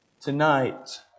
Tonight